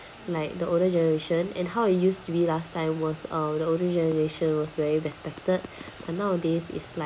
like the older generation and how I used to be last time was uh the older generation was very respected and nowadays is like